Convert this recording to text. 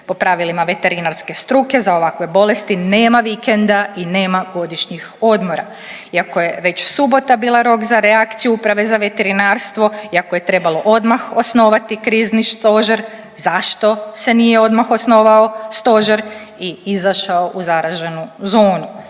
Po pravilima veterinarske struke za ovakve bolesti nema vikenda i nema godišnjih odmora, iako je već subota bila rok za reakciju Uprave za veterinarstvo, iako je trebalo odmah osnovati krizni stožer zašto se nije odmah osnovao stožer i izašao u zaraženu zonu?